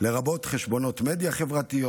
לרבות חשבונות מדיה חברתית,